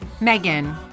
Megan